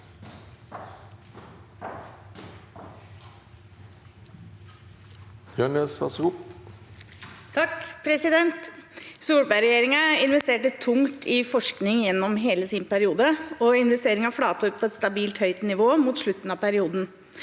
Solberg-regjerin- gen investerte tungt i forskning gjennom hele sin periode, og investeringene flatet ut på et stabilt høyt nivå mot slutten av perioden.